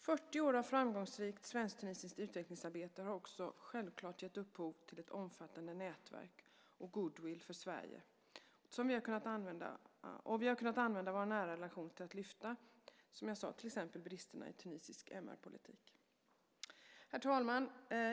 40 år av framgångsrikt svensk-tunisiskt utvecklingssamarbete har också självklart gett upphov till ett omfattande nätverk och goodwill för Sverige. Och vi har kunnat använda vår nära relation till att lyfta fram till exempel bristerna i tunisisk MR-politik. Herr talman!